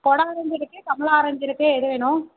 கொடை ஆரஞ்சும் இருக்குது கமலா ஆரஞ்சும் இருக்குது எது வேணும்